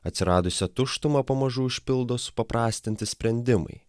atsiradusią tuštumą pamažu užpildo supaprastinti sprendimai